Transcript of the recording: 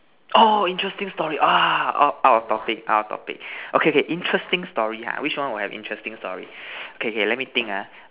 orh interesting story ah out of topic out of topic interesting story okay okay interesting story ha which one would have interesting stories okay okay let me think ah